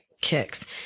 kicks